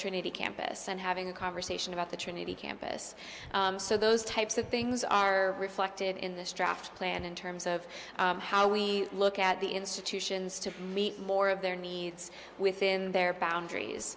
trinity campus and having a conversation about the trinity campus so those types of things are reflected in this draft plan in terms of how we look at the institutions to meet more of their needs within their